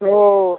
तो